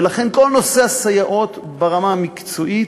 ולכן כל נושא הסייעות ברמה המקצועית,